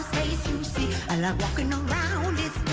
to see rocking around is